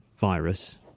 virus